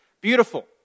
beautiful